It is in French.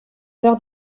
heures